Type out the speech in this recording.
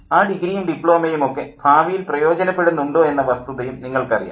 ആ ഡിഗ്രിയും ഡിപ്ലോമയും ഒക്കെ ഭാവിയിൽ പ്രയോജനപ്പെടുന്നുണ്ടോ എന്ന വസ്തുതയും നിങ്ങൾക്കറിയാം